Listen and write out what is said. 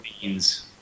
beans